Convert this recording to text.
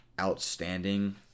outstanding